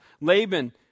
Laban